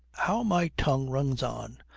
how my tongue runs on!